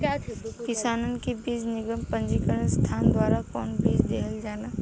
किसानन के बीज निगम या पंजीकृत संस्था द्वारा कवन बीज देहल जाला?